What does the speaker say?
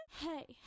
hey